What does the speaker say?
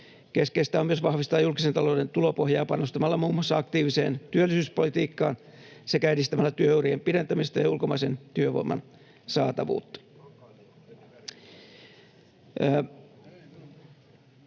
Keskeistä on myös vahvistaa julkisen talouden tulopohjaa panostamalla muun muassa aktiiviseen työllisyyspolitiikkaan sekä edistämällä työurien pidentämistä ja ulkomaisen työvoiman saatavuutta.